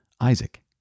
Isaac